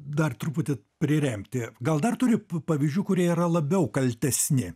dar truputį priremti gal dar turi pavyzdžių kurie yra labiau kaltesni